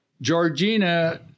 Georgina